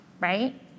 right